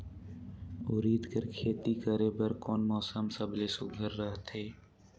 उरीद कर खेती करे बर कोन मौसम सबले सुघ्घर रहथे?